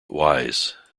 wise